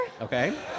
Okay